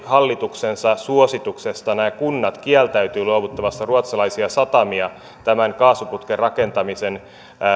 hallituksen suosituksesta kieltäytyivät luovuttamasta ruotsalaisia satamia tämän kaasuputken rakentamisen